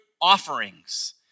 offerings